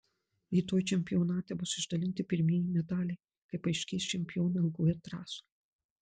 rytoj čempionate bus išdalinti pirmieji medaliai kai paaiškės čempionai ilgoje trasoje